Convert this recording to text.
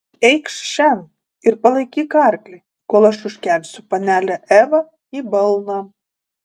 eikš šen ir palaikyk arklį kol aš užkelsiu panelę evą į balną